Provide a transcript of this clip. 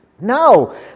No